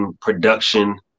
Production